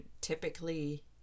typically